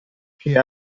che